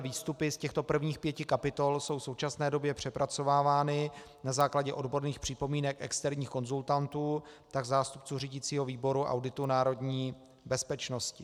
Výstupy z těchto prvních pěti kapitol jsou v současné době přepracovávány na základě odborných připomínek externích konzultantů, tak zástupců řídicího výboru a auditu národní bezpečnosti.